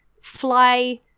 fly